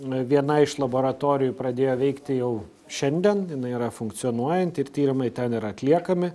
viena iš laboratorijų pradėjo veikti jau šiandien jinai yra funkcionuojanti ir tyrimai ten yra atliekami